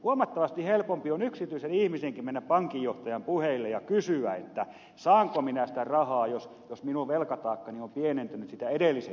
huomattavasti helpompi on yksityisen ihmisenkin mennä pankinjohtajan puheille ja kysyä saanko minä sitä rahaa jos minun velkataakkani on pienentynyt siitä edellisestä käynnistä